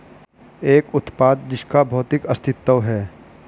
एक उत्पाद जिसका भौतिक अस्तित्व है?